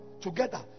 together